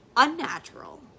unnatural